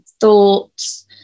thoughts